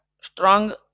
strong